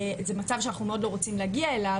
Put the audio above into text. זה מצב שאנחנו מאוד לא רוצים להגיע אליו